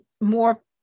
more